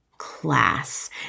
class